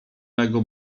mego